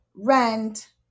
Rent